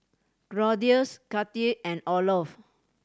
Claudius Kathi and Olof